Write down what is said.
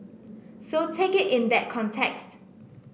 so take it in that context